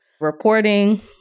reporting